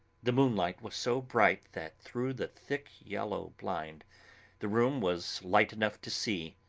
the moonlight was so bright that through the thick yellow blind the room was light enough to see.